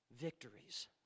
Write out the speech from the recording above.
victories